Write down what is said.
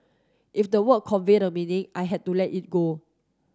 if the word convey the meaning I had to let it go